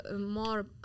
more